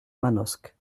manosque